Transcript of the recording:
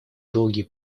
долгий